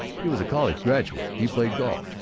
he was a college graduate, he played golf,